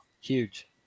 Huge